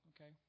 okay